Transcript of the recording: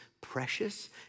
precious